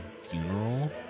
funeral